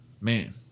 Man